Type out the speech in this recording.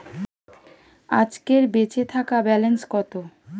আজকের বেচে থাকা ব্যালেন্স কত?